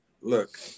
Look